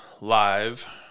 live